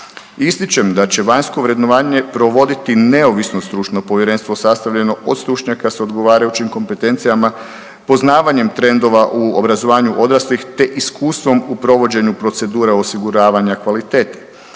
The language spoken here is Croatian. Ističem da će vanjsko vrednovanje provoditi neovisno stručno povjerenstvo sastavljeno od stručnjaka s odgovarajućim kompetencijama poznavanjem trendova u obrazovanju odraslih te iskustvom u provođenju procedura osiguravanja kvalitete.